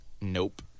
Nope